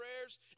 prayers